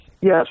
Yes